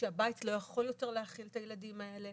כשהבית לא יכול יותר להכיל את הילדים האלה.